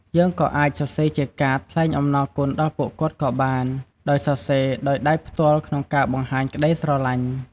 យើងក៏អាចសរសេរជាកាត ថ្លែងអំណរគុណដល់ពួកគាត់ក៏បាន ដោយសរសេរដោយដៃផ្ទល់ក្នុងការបង្ហាញក្តីស្រឡាញ់។